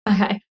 Okay